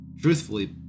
truthfully